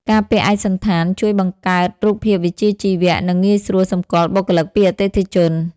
ការពាក់ឯកសណ្ឋានជួយបង្កើតរូបភាពវិជ្ជាជីវៈ និងងាយស្រួលសម្គាល់បុគ្គលិកពីអតិថិជន។